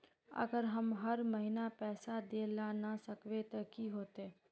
अगर हम हर महीना पैसा देल ला न सकवे तब की होते?